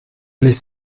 les